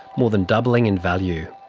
more than doubling in value.